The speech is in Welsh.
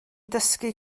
dysgu